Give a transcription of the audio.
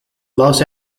los